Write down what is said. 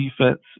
defense